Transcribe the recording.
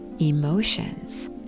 emotions